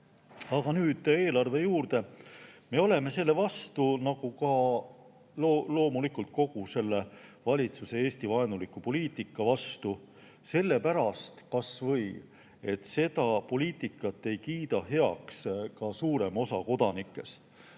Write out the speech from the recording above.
Aga nüüd eelarve juurde. Me oleme selle vastu nagu ka loomulikult kogu selle valitsuse Eesti-vaenuliku poliitika vastu kas või sellepärast, et seda poliitikat ei kiida heaks ka suurem osa kodanikest.